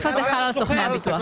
הסעיף הזה חל על סוכני הביטוח.